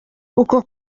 uko